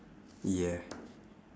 yeah